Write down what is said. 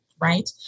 right